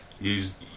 Use